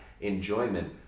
enjoyment